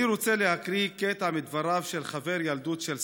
אני רוצה להקריא קטע מדבריו של חבר ילדות של סמר,